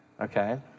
Okay